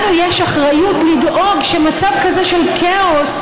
לנו יש אחריות לדאוג שמצב כזה של כאוס,